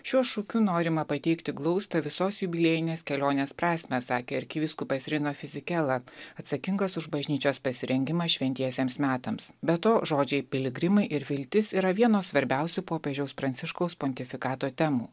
šiuo šūkiu norima pateikti glaustą visos jubiliejinės kelionės prasmę sakė arkivyskupas rino fisichella atsakingas už bažnyčios pasirengimą šventiesiems metams be to žodžiai piligrimai ir viltis yra vienos svarbiausių popiežiaus pranciškaus pontifikato temų